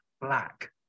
black